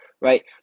right